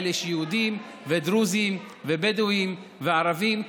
יש יהודים ודרוזים ובדואים וערבים.